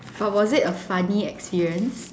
but was it a funny experience